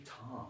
Tom